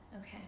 Okay